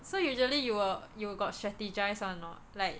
so usually you will you will got strategise [one] or not like